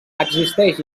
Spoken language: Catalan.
existeix